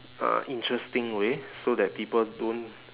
uh interesting way so that people don't